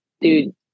dude